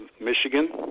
Michigan